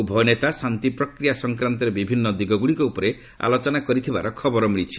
ଉଭୟ ନେତା ଶାନ୍ତିପ୍ରକ୍ରିୟା ସଂକ୍ରାନ୍ତରେ ବିଭିନ୍ନ ଦିଗ ଗୁଡ଼ିକ ଉପରେ ଆଲୋଚନା କରିଥିବାର ଖବର ମିଳିଛି